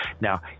Now